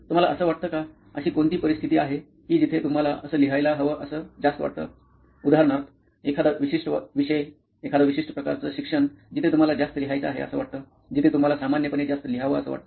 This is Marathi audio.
तुम्हाला असं वाटतं का अशी कोणती परिस्थिती आहे की जिथे तुम्हाला असं लिहायला हवं असं जास्त वाटतं उदाहरणार्थ एखादा विशिष्ट विषय एखादा विशिष्ट प्रकारचा शिक्षण जिथे तुम्हाला जास्त लिहायचं आहे असं वाटतं जिथे तुम्हाला सामान्यपणे जास्त लिहाव असं वाटतं